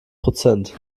prozent